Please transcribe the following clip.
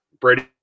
Brady